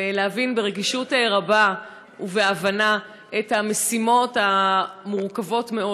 ולהבין ברגישות רבה ובהבנה את המשימות המורכבות מאוד.